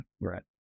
Right